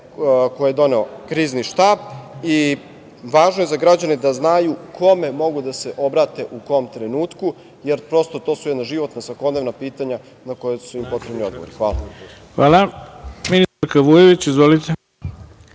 koje je doneo Krizni štab i važno je za građane da znaju kome mogu da se obrate u kom trenutku, jer, prosto, to su jedna životna, svakodnevna pitanja na koje su potrebni odgovori. Hvala. **Ivica Dačić** Hvala. Reč